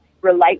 relate